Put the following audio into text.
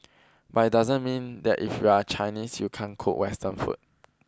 but it doesn't mean that if you are Chinese you can't cook western food